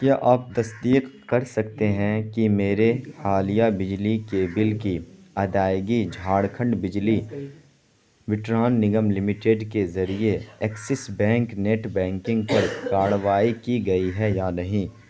کیا آپ تصدیق کر سکتے ہیں کہ میرے حالیہ بجلی کے بل کی ادائیگی جھارکھنڈ بجلی وٹران نگم لمیٹڈ کے ذریعے ایکسس بینک نیٹ بینکنگ پر کارروائی کی گئی ہے یا نہیں